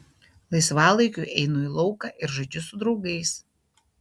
laisvalaikiu einu į lauką ir žaidžiu su draugais